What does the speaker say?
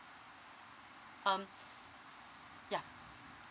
um yeah